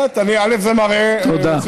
זה חלק מהתפקיד שלי.